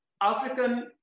African